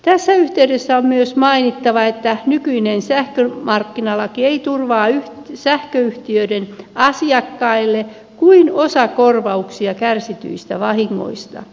tässä yhteydessä on myös mainittava että nykyinen sähkömarkkinalaki ei turvaa sähköyhtiöiden asiakkaille kuin osakorvauksia kärsityistä vahingoista